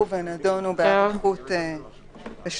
שהוא זה שייתן את המענה.